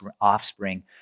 offspring